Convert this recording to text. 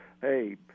hey